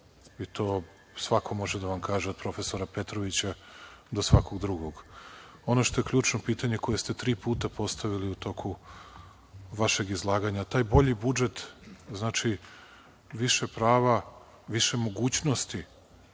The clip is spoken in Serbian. To svako može da vam kaže, od profesora Petrovića, do svakog drugog. Ono što je ključno pitanje koje ste tri puta postavili u toku vašeg izlaganja, taj bolji budžet znači više prava, više mogućnosti,